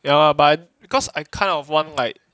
ya lah but because I kind of want like